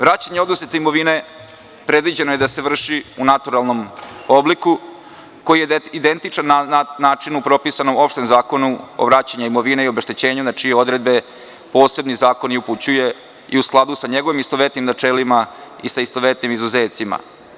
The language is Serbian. Vraćanje oduzete imovine predviđeno je da se vrši u naturalnom obliku koji je identičan načinu propisanom u Zakonu o vraćanju imovine i obeštećenju na čije odredbe posebni zakon i upućuje i u skladu sa njegovim istovetnim načelima i sa istovetnim izuzecima.